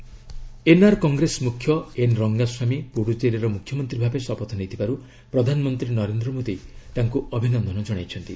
PM Rangaswamy NR କଟ୍ରେସ ମୁଖ୍ୟ N Rangaswamy ପୁଡୁଚେରୀର ମୁଖ୍ୟମନ୍ତ୍ରୀ ଭାବେ ଶପଥ ନେଇଥିବାରୁ ପ୍ରଧାନମନ୍ତ୍ରୀ ନରେନ୍ଦ୍ର ମୋଦୀ ତାଙ୍କୁ ଅଭିନନ୍ଦନ ଜଣାଇଛନ୍ତି